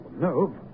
No